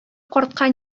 картка